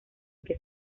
que